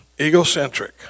egocentric